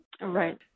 Right